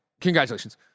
Congratulations